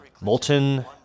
molten